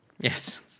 Yes